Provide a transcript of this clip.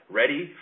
ready